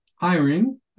hiring